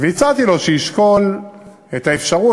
והצעתי לו שישקול את האפשרות,